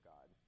God